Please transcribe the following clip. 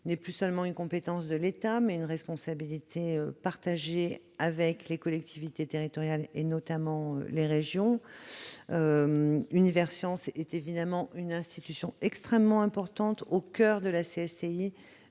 non plus seulement une compétence de l'État, mais une responsabilité partagée avec les collectivités territoriales, notamment les régions. Universcience est évidemment une institution extrêmement importante au coeur de la CSTI,